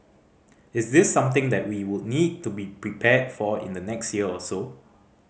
is this something that we would need to be prepared for in the next year or so